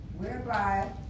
whereby